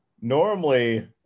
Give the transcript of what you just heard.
normally